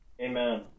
Amen